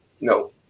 No